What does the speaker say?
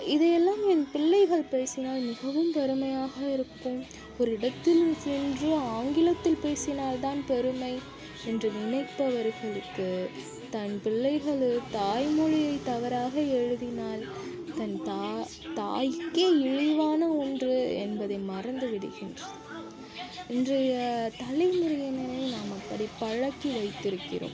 இதையெல்லாம் என் பிள்ளைகள் பேசினால் மிகவும் பெருமையாக இருக்கும் ஒரு இடத்தில் சென்று ஆங்கிலத்தில் பேசினால்தான் பெருமை என்று நினைப்பவர்களுக்கு தன் பிள்ளைகளே தாய்மொழியை தவறாக எழுதினால் தன் தா தாய்க்கே இழிவான ஒன்று என்பதை மறந்து விடுகின்றன இன்றைய தலைமுறையினரை நாம் அப்படி பழக்கி வைத்திருக்கிறோம்